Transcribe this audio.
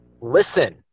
Listen